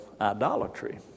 idolatry